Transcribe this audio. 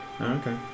Okay